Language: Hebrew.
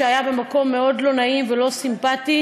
שהיה במקום מאוד לא נעים ולא סימפטי,